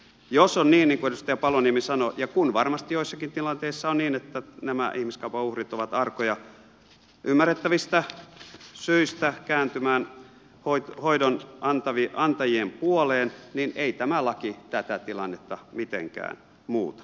jos on niin niin kuin edustaja paloniemi sanoi ja kun varmasti joissakin tilanteissa on niin että nämä ihmiskaupan uhrit ovat arkoja ymmärrettävistä syistä kääntymään hoidon antajien puoleen niin ei tämä laki tätä tilannetta mitenkään muuta